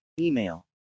email